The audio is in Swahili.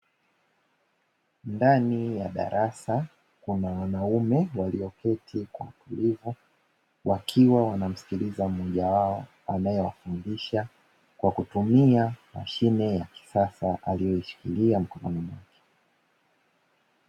Ndani ya darasa, kuna wanafunzi wa kiume walioketi kwa utulivu wakiwa wanamsikiliza mmoja wao anayewafundisha kwa kutumia mashine ya kisasa aliyoishikilia mkononi